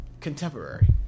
contemporary